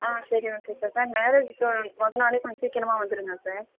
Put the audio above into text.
ஆ சரி okay sir sir மேரேஜுக்கு மொதல் நாளே கொஞ்சம் சீக்கிரமா வந்துடுங்க சார்